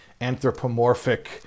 anthropomorphic